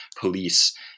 police